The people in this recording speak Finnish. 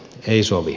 ei sovi